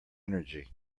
energy